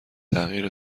تغییر